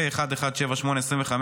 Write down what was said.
פ/1178/25,